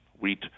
wheat